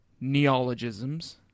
Neologisms